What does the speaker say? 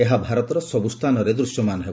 ଏହା ଭାରତର ସବୁସ୍ଚାନରେ ଦୃଶ୍ୟମାନ ହେବ